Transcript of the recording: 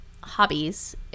hobbies